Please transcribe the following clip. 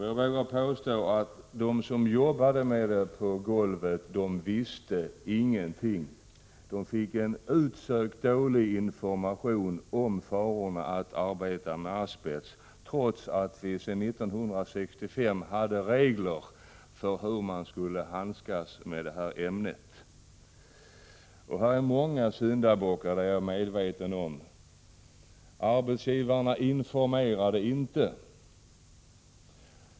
Jag vågar påstå att de som jobbade på golvet med asbest ingenting visste. De fick en utsökt dålig information om farorna med att arbeta med asbest, trots att vi sedan 1965 hade regler för hur man skall handskas med detta ämne. Här är många syndabockar, det är jag medveten om. Arbetsgivarna informerade inte.